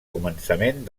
començament